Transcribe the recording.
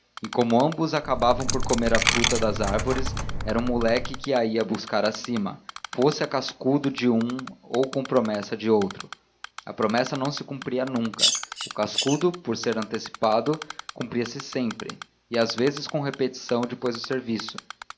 como ambos acabavam por comer a fruta das árvores era um moleque que a ia buscar acima fosse a cascudo de um ou com promessa de outro a promessa não se cumpria nunca o cascudo por ser antecipado cumpria se sempre e às vezes com repetição depois do serviço